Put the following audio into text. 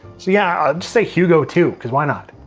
so yeah, ah just say hugo two, cause why not?